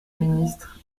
ministre